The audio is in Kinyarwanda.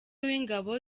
w’ingabo